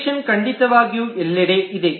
generalisation ಖಂಡಿತವಾಗಿಯೂ ಎಲ್ಲೆಡೆ ಇದೆ